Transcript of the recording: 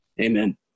Amen